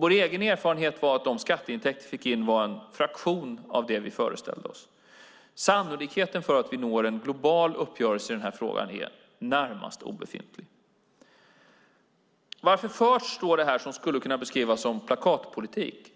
Vår egen erfarenhet tidigare var att de skatteintäkter vi fick in var en fraktion av det vi föreställde oss. Sannolikheten för att vi når en global uppgörelse i frågan är i det närmaste obefintlig. Varför förs då det som skulle kunna beskrivas som plakatpolitik?